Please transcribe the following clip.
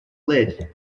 lid